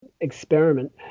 experiment